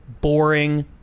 boring